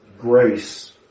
grace